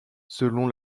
selon